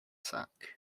sack